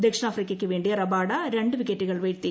ദക്ഷിണാഫ്രിക്കയ്ക്ക് വേണ്ടി റബാഡ രണ്ട് വിക്കറ്റുകൾ വീഴ്ത്തി